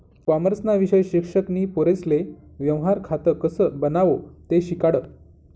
कॉमर्सना विषय शिक्षक नी पोरेसले व्यवहार खातं कसं बनावो ते शिकाडं